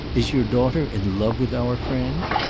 is your daughter in love with our friend?